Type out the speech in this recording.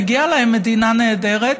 מגיעה להם מדינה נהדרת.